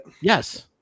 Yes